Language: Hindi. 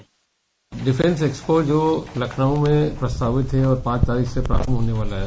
बाइट डिफेंस एक्सपो जो लखनऊ में प्रस्तावित है और पांच तारीख से प्रारम्भ होने वाला है